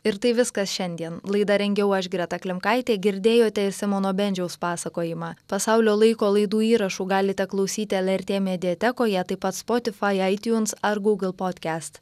ir tai viskas šiandien laidą rengiau aš greta klimkaitė girdėjote ir simono bendžiaus pasakojimą pasaulio laiko laidų įrašų galite klausyti lrt mediatekoje taip pat spotifai aitiuns ar gūgl podkest